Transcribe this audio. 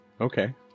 Okay